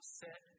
set